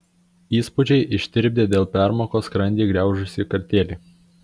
įspūdžiai ištirpdė dėl permokos skrandį griaužusį kartėlį